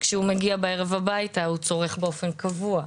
שכשהוא מגיע בערב הביתה הוא צורך באופן קבוע.